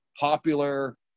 popular